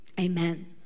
amen